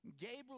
Gabriel